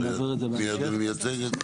את מי אדוני מייצג?